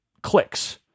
clicks